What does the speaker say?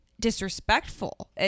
disrespectful